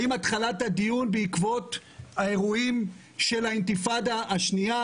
האם התחלת הדיון היא בעקבות האירועים של האינתיפאדה השנייה,